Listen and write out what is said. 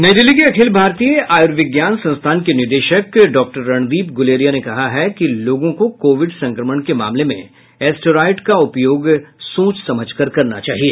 नई दिल्ली के अखिल भारतीय आयुर्विज्ञान संस्थान के निर्देशक डॉक्टर रणदीप गुलेरिया ने कहा कि लोगों को कोविड संक्रमण के मामले में स्टेराइड का उपयोग सोच समझ कर करना चाहिए